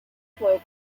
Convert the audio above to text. flow